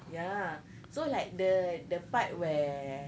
ya so like the the part where